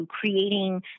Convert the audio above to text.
creating